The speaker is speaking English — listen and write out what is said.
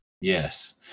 Yes